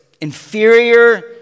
inferior